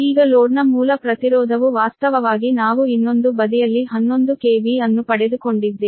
ಈಗ ಲೋಡ್ನ ಮೂಲ ಪ್ರತಿರೋಧವು ವಾಸ್ತವವಾಗಿ ನಾವು ಇನ್ನೊಂದು ಬದಿಯಲ್ಲಿ 11 KV ಅನ್ನು ಪಡೆದುಕೊಂಡಿದ್ದೇವೆ